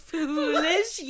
Foolish